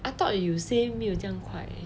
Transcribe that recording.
I thought you say 没有这样快